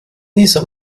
dieser